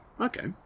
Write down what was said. Okay